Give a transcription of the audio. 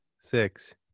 Six